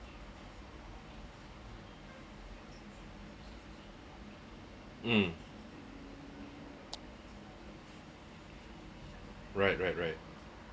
mm see how mm right right right